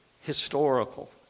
historical